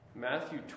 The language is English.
Matthew